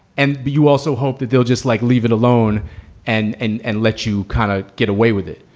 and you also hope that they'll just like leave it alone and and and let you kind of get away with it.